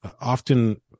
often